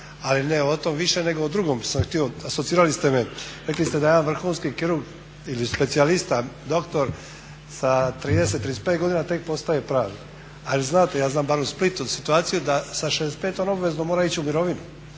Ali ne o tom više, nego o drugom sam htio. Asocirali ste me, rekli ste da jedan vrhunski kirurg ili specijalista doktor sa 30, 35 godina tek postaje pravi, ali znate, ja znam barem u Splitu situaciju da sa 65 on obavezno mora ići u mirovinu.